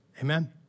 Amen